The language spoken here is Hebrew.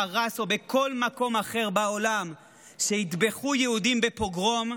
בפרס או בכל מקום אחר בעולם שיטבחו יהודים בפוגרום,